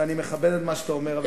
ואני מכבד את מה שאתה אומר,